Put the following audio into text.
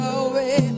away